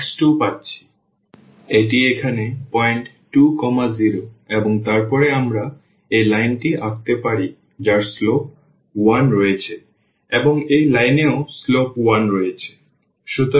সুতরাং এটি এখানে পয়েন্ট 2 0 এবং তারপরে আমরা এই লাইনটি আঁকতে পারি যার স্লোপ 1 রয়েছে এবং এই লাইনেও স্লোপ 1 রয়েছে